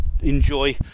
enjoy